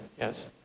yes